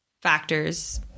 factors